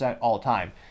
all-time